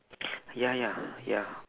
ya ya ya